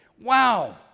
Wow